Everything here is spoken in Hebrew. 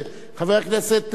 אנחנו